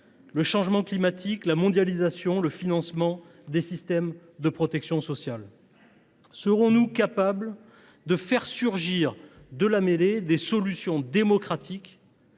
le changement climatique, la mondialisation et le financement du système de protection sociale. Serons nous capables de faire surgir de la mêlée des solutions démocratiques,